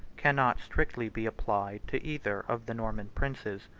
cannot strictly be applied to either of the norman princes.